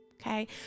okay